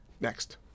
Next